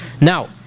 now